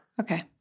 Okay